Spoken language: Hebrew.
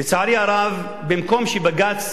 לצערי הרב, במקום שבג"ץ